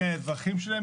מהאזרחים שלהן,